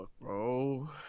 bro